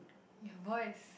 your voice